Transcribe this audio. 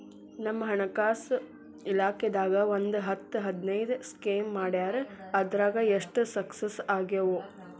ನಮ್ ಹಣಕಾಸ್ ಇಲಾಖೆದಾಗ ಒಂದ್ ಹತ್ತ್ ಹದಿನೈದು ಸ್ಕೇಮ್ ಮಾಡ್ಯಾರ ಅದ್ರಾಗ ಎಷ್ಟ ಸಕ್ಸಸ್ ಆಗ್ಯಾವನೋ